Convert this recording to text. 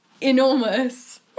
enormous